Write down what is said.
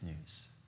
news